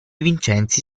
vincenzi